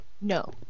No